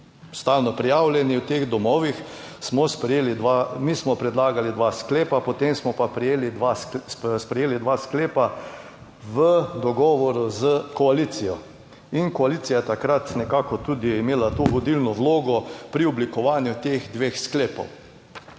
stalno prijavljeni v teh domovih, smo sprejeli dva, mi smo predlagali dva sklepa, potem smo pa prejeli dva, sprejeli dva sklepa, v dogovoru s koalicijo in koalicija je takrat nekako tudi imela tu vodilno vlogo pri oblikovanju teh dveh sklepov.